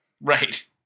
Right